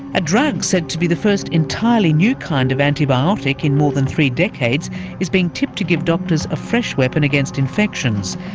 a drug said to be the first entirely new kind of antibiotic in more than three decades is being tipped to give doctors a fresh weapon against infections.